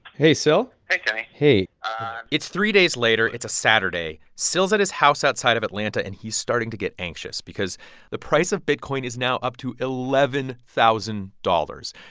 hey, syl hey, kenny hey it's three days later. it's a saturday. syl's at his house outside of atlanta, and he's starting to get anxious because the price of bitcoin is now up to eleven thousand dollars.